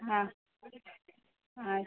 ಹಾಂ ಆಯಿತು